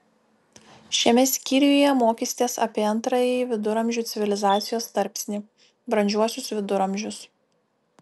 šiame skyriuje mokysitės apie antrąjį viduramžių civilizacijos tarpsnį brandžiuosius viduramžius